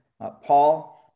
Paul